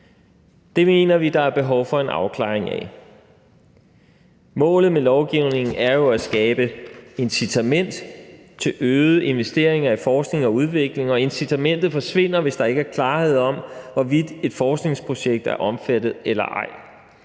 Det mener vi der er behov for en afklaring af. Målet med lovgivningen er jo at skabe incitament til øgede investeringer i forskning og udvikling, og incitamentet forsvinder, hvis der ikke er klarhed om, hvorvidt et forskningsprojekt er omfattet eller ej.